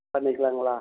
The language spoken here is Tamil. பண்ணிக்கலாங்களா